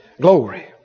Glory